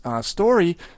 story